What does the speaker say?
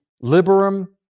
liberum